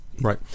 Right